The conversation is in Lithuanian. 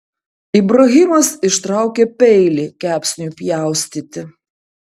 ibrahimas ištraukė peilį kepsniui pjaustyti